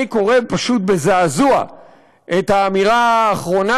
אני קורא פשוט בזעזוע את האמירה האחרונה,